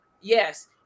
Yes